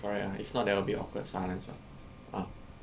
correct ah if not there will be awkward silence ah ah